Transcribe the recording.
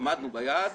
עמדנו ביעד